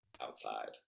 outside